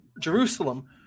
jerusalem